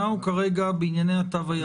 אנחנו כרגע בענייני התו הירוק.